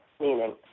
meaning